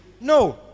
No